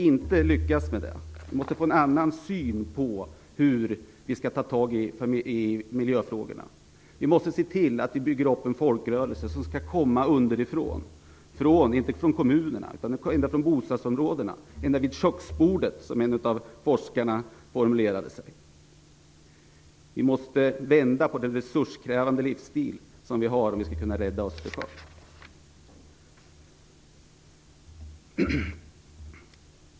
Vi måste få en annan syn på hur vi skall ta tag i miljöfrågorna. Vi måste se till att bygga upp en folkrörelse som skall komma underifrån, inte från kommunerna utan ända från bostadsområdena - ända från köksbordet, som en forskare formulerade sig. Vi måste vända på den resurskrävande livsstil som vi har, om vi skall kunna rädda Östersjön.